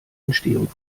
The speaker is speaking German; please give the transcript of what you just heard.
entstehung